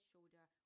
shoulder